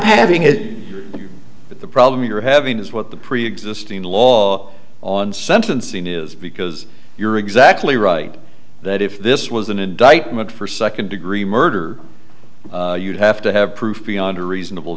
having it but the problem you're having is what the preexisting law on sentencing is because you're exactly right that if this was an indictment for second degree murder you'd have to have proof beyond a reasonable